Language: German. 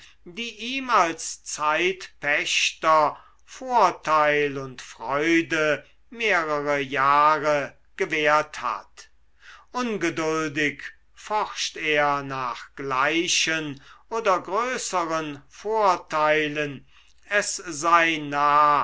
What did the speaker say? die ihm als zeitpächter vorteil und freude mehrere jahre gewährt hat ungeduldig forscht er nach gleichen oder größeren vorteilen es sei